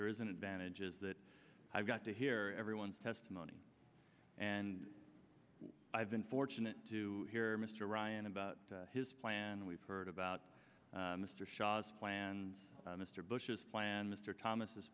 there is an advantage is that i've got to hear everyone's testimony and i've been fortunate to hear mr ryan about his plan we've heard about mr shah's plans mr bush's plan mr thomas